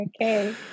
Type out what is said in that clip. Okay